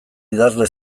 idazle